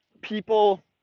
people